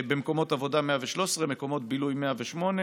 במקומות עבודה, 113, מקומות בילוי, 108,